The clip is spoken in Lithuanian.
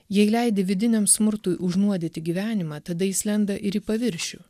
jei leidi vidiniam smurtui užnuodyti gyvenimą tada jis lenda ir į paviršių